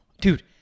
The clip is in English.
Dude